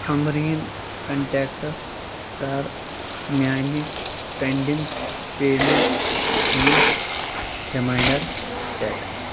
عمبریٖن contacts کَر میٛانہِ pending payment ہُنٛد ریٖمانٛڈر سیٚٹ